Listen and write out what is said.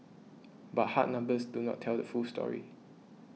but hard numbers do not tell the full story